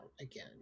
again